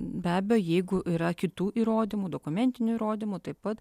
be abejo jeigu yra kitų įrodymų dokumentinių įrodymų taip pat